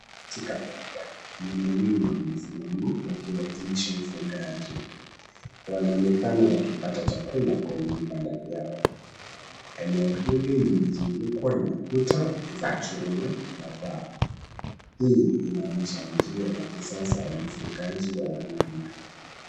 Katika banda, ng'ombe wengi wamesimama wakiwakilisha ufugaji. Wanaonekana wakipata chakula kwenye vibanda vyao. Eneo hili limezungukwa na kuta za chuma na paa, hii inaonyesha njia ya kisasa ya ufugaji wa wanyama.